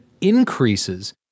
increases